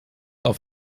auf